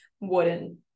wooden